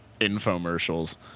infomercials